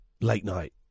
late-night